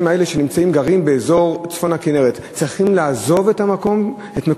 האלה שגרים באזור צפון הכינרת צריכים לעזוב את מקומם?